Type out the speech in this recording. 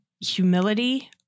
humility